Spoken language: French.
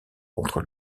contre